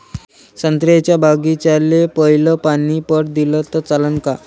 संत्र्याच्या बागीचाले पयलं पानी पट दिलं त चालन का?